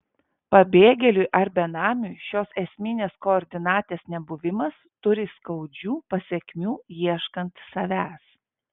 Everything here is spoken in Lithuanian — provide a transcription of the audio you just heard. pabėgėliui ar benamiui šios esminės koordinatės nebuvimas turi skaudžių pasekmių ieškant savęs